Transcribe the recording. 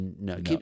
No